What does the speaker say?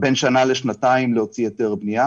בין שנה לשנתיים להוציא היתר בנייה,